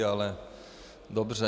Ale dobře.